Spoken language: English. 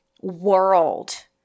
world